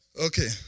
Okay